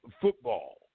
football